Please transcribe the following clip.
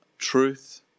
Truth